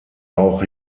auch